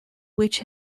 which